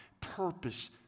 purpose